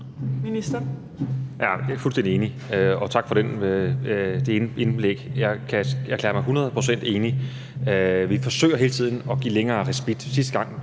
Jeg er fuldstændig enig, og tak for det indlæg. Jeg kan erklære mig hundrede procent enig. Vi forsøger hele tiden at give længere respit.